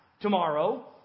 tomorrow